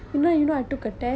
in netball